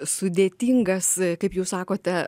sudėtingas kaip jūs sakote